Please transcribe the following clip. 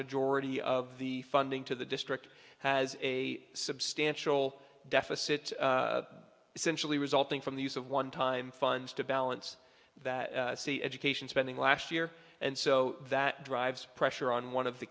majority of the funding to the district has a substantial deficit essentially resulting from the use of one time funds to balance that c education spending last year and so that drives pressure on one of the